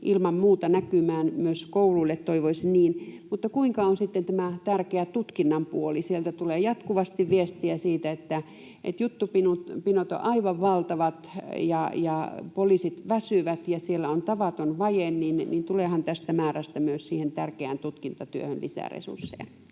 ilman muuta näkymään — myös kouluille, toivoisin niin — mutta kuinka on sitten tämä tärkeä tutkinnan puoli? Kun sieltä tulee jatkuvasti viestiä siitä, että juttupinot ovat aivan valtavat ja poliisit väsyvät ja siellä on tavaton vaje, niin tuleehan tästä määrästä myös siihen tärkeään tutkintatyöhön lisää resursseja?